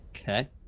Okay